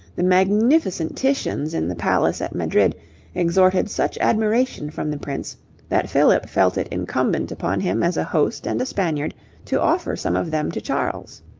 the magnificent titians in the palace at madrid extorted such admiration from the prince that philip felt it incumbent upon him as a host and a spaniard to offer some of them to charles.